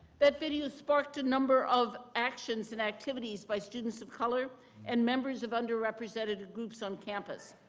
that video sparked a number of actions and activityies by students of color and members of underrepresented groups on campus.